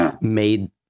made